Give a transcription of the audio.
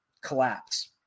collapse